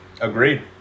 Agreed